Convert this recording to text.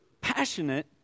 passionate